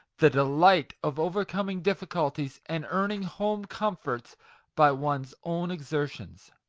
the delight of overcoming difficulties, and earning home comforts by one's own exertions.